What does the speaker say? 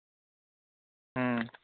ᱦᱮᱸ